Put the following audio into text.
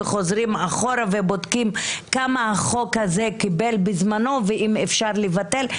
וחוזרים אחורה ובודקים כמה החוק הזה קיבל בזמנו ואם אפשר לבטל.